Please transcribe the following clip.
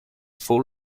full